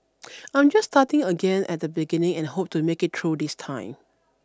I am just starting again at the beginning and hope to make it through this time